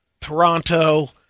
toronto